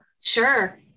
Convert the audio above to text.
sure